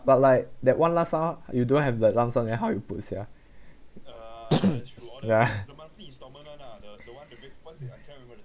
but like that one last ah you don't have the lump sum then how you put sia ya